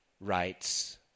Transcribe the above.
rights